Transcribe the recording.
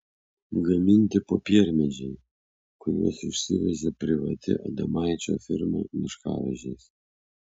gaminti popiermedžiai kuriuos išsivežė privati adomaičio firma miškavežiais